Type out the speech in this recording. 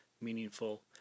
meaningful